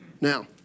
Now